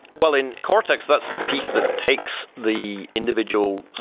well, in cortex, that's the piece that takes the individual